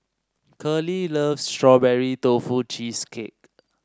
curley loves Strawberry Tofu Cheesecake